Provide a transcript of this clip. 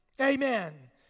Amen